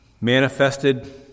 Manifested